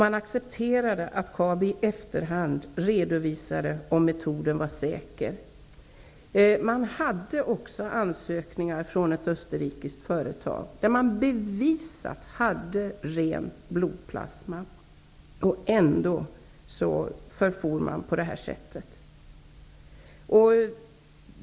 Man accepterade att Kabi i efterhand redovisade om metoden var säker. Det fanns också ansökningar från ett österrikiskt företag, som hade bevisat ren blodplasma. Ändå förfor man på det här sättet.